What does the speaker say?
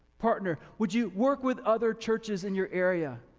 partner, would you work with other churches in your area,